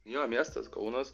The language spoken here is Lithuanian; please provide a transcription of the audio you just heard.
jo miestas kaunas